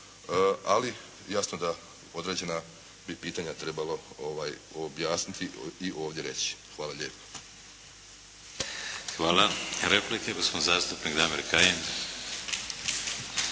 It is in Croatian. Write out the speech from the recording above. ali jasno da određena bi pitanja trebalo objasniti i ovdje reći. Hvala lijepo. **Šeks, Vladimir (HDZ)** Hvala. Replika gospodin zastupnik Damir Kajin.